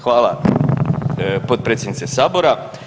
Hvala potpredsjednice Sabora.